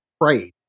pray